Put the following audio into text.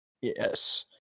Yes